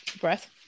breath